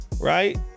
right